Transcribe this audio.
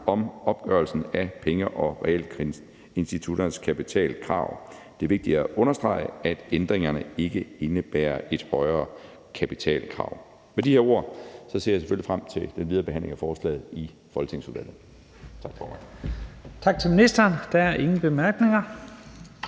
om opgørelsen af penge- og realkreditinstitutternes kapitalkrav. Det er vigtigt at understrege, at ændringerne ikke indebærer et højere kapitalkrav. Med de her ord ser jeg selvfølgelig frem til den videre behandling af forslaget i folketingsudvalget. Tak, formand Kl. 11:42 Første næstformand (Leif